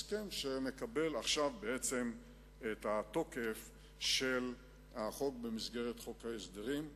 הסכם שמקבל עכשיו את התוקף של החוק במסגרת חוק ההסדרים.